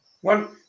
one